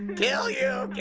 kill you!